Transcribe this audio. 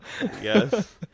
Yes